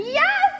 yes